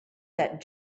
that